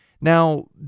Now